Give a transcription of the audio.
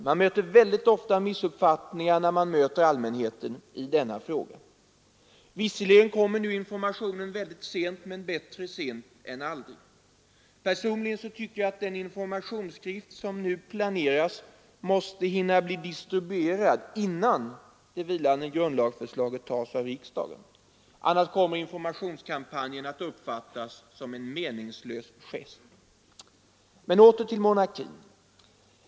Man möter väldigt ofta missuppfattningar hos allmänheten i denna fråga. Visserligen kommer nu informationen mycket sent, men bättre sent än aldrig. Personligen tycker jag att den informationsskrift som nu planeras måste hinna bli distribuerad innan det vilande grundlagsförslaget tas av riksdagen. Annars kommer informationskampanjen att uppfattas som en meningslös gest. Men åter till monarkin!